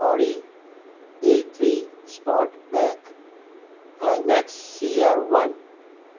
Audi a three sports back climax C R one